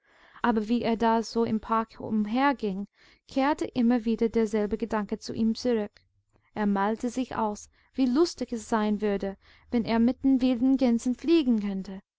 aber wie er da so im park umherging kehrte immer wieder derselbe gedanke zu ihm zurück er malte sich aus wie lustig es sein würde wenn er mit den wilden gänsen fliegen könnte